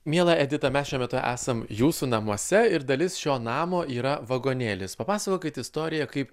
miela edita mes šiuo metu esam jūsų namuose ir dalis šio namo yra vagonėlis papasakokit istoriją kaip